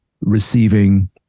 receiving